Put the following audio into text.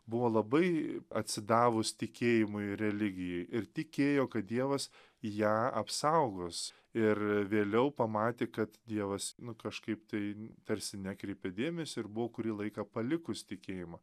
buvo labai atsidavus tikėjimui ir religijai ir tikėjo kad dievas ją apsaugos ir vėliau pamatė kad dievas nu kažkaip tai tarsi nekreipia dėmesio ir buvo kurį laiką palikus tikėjimą